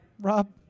Rob